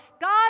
God